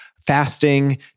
fasting